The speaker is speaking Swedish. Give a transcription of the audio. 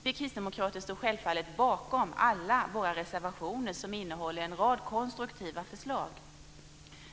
Vi kristdemokrater står självfallet bakom alla våra reservationer som innehåller en rad konstruktiva förslag.